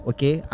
Okay